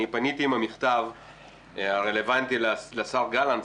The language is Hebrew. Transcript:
אני פניתי במכתב רלוונטי לשר גלנט,